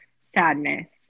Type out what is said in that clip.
sadness